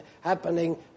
happening